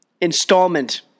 installment